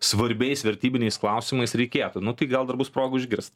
svarbiais vertybiniais klausimais reikėtų nu tai gal dar bus progų išgirst